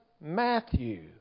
Matthew